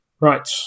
Right